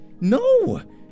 No